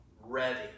ready